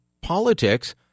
politics